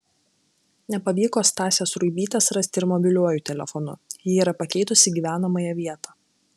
nepavyko stasės ruibytės rasti ir mobiliuoju telefonu ji yra pakeitusi gyvenamąją vietą